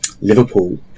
Liverpool